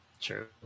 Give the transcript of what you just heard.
true